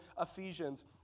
Ephesians